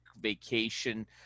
vacation